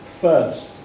first